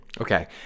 Okay